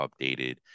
updated